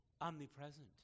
omnipresent